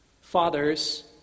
Fathers